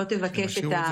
בבקשה.